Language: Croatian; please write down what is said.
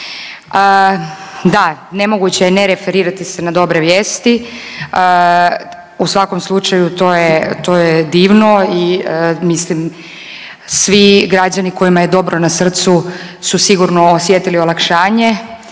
Da, nemoguće je ne referirati se na dobre vijesti u svakom slučaju to je divno i mislim svi građani kojima je dobro na srcu su sigurno osjetili olakšanje.